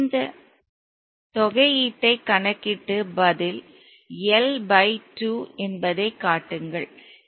இந்த தொகையீட்டை கணக்கிட்டு பதில் L பை 2 என்பதைக் காட்டுங்கள்